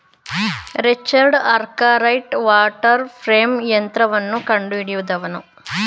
Richard Arkwright water frame ಯಂತ್ರವನ್ನು ಕಂಡುಹಿಡಿದನು